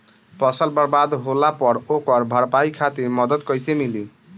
फसल बर्बाद होला पर ओकर भरपाई खातिर मदद कइसे मिली?